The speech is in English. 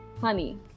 honey